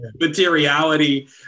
materiality